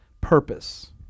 purpose